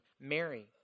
Mary